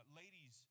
ladies